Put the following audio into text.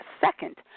second